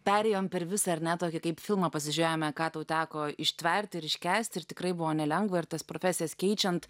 perėjom per visą ir ne tokį kaip filmą pasižiūrėjome ką tau teko ištverti ir iškęsti ir tikrai buvo nelengva ir tas profesijas keičiant